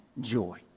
joy